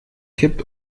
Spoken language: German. kippt